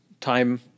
Time